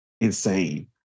insane